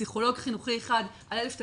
פסיכולוג חינוכי אחד על 1,000 תלמידים,